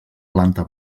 planta